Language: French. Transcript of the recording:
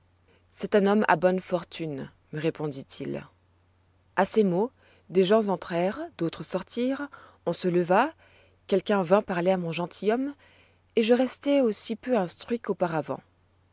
c'est un homme à bonnes fortunes me répondit-il à ces mots des gens entrèrent d'autres sortirent on se leva quelqu'un vint parler à mon gentilhomme et je restai aussi peu instruit qu'auparavant